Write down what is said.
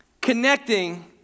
connecting